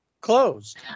closed